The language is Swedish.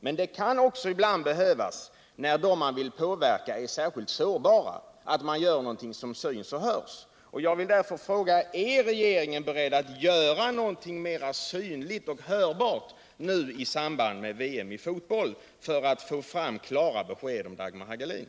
Men det kan också ibland behövas — när de man vill påverka är särskilt sårbara — att man gör någonting som syns och hörs. Jag vill därför fråga: Är regeringen beredd att göra någonting mer synligt och hörbart i samband med VM i fotboll för att få fram klara besked om Dagmar Hagelin?